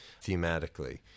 thematically